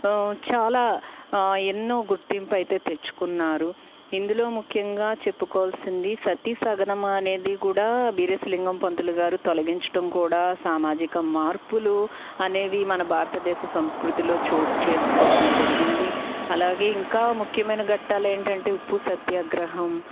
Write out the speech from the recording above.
చాలా ఎన్నో గుర్తింపు అయితే తెచ్చుకున్నారు ఇందులో ముఖ్యంగా చెప్పుకోవలసింది సతీసహగమనం అనేది కూడా వీరేశలింగం పంతులు గారు తొలగించటం కూడా సామాజిక మార్పులు అనేవి మన భారతదేశ సంస్కృతిలో చోటు చేసుకోవటం జరిగింది అలాగే ఇంకా ముఖ్యమైన ఘట్టాలు ఏంటంటే ఉప్పు సత్యాగ్రహం